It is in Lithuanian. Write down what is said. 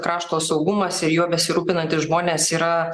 krašto saugumas ir juo besirūpinantys žmonės yra